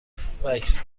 فکس